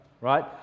right